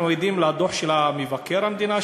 אנחנו עדים לדוח מבקר המדינה,